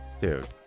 Dude